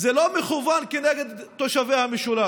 הוא לא מכוון נגד תושבי המשולש,